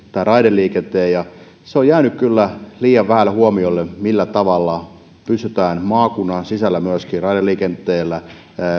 raideliikenteen se on jäänyt kyllä liian vähälle huomiolle millä tavalla pystytään maakunnan sisällä myöskin raideliikenteellä